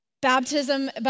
baptism